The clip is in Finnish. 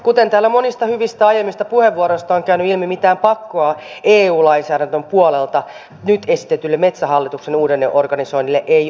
kuten täällä monista hyvistä aiemmista puheenvuoroista on käynyt ilmi mitään pakkoa eu lainsäädännön puolelta nyt esitetylle metsähallituksen uudelleenorganisoinnille ei ole